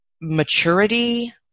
maturity